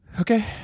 Okay